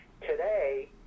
today